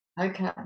Okay